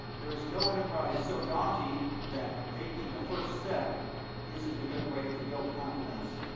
there's no enterprise so daunting, that taking the first step isn't a good way to build confidence.